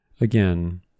Again